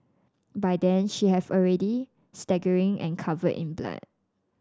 by then she have already staggering and covered in blood